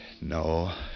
No